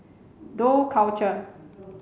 Dough Culture